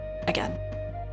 again